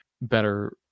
better